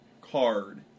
card